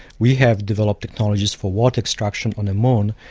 we have developed technologies for water extraction on the moon,